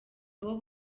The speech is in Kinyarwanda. theo